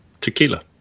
Tequila